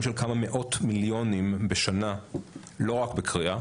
של כמה מאות מיליונים בשנה לא רק בקריאה,